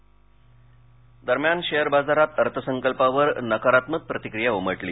share दरम्यान share बाजारात अर्थसंकल्पावर नकारात्मक प्रतिक्रिया उमटली